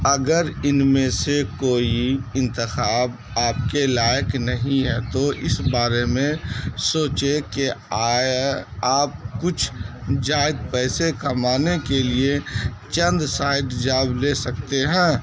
اگر ان میں سے کوئی انتخاب آپ کے لائک نہیں ہے تو اس بارے میں سوچے کہ آیا آپ کچھ زائد پیسے کمانے کے لیے چند سائڈ جاب لے سکتے ہیں